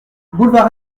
boulevard